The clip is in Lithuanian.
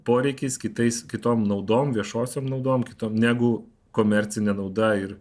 poreikiais kitais kitom naudom viešosiom naudom kitom negu komercine nauda ir